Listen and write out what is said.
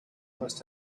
must